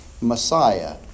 Messiah